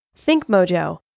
ThinkMojo